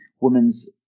women's